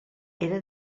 era